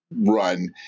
run